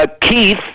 Keith